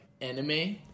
anime